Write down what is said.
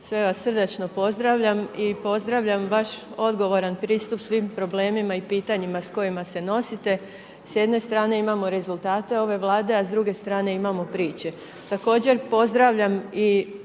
sve vas srdačno pozdravljam i pozdravljam vaš odgovoran pristup svim problemima i pitanjima s kojima se nosite, s jedne strane imamo rezultate ove Vlade, a s druge strane imamo priče.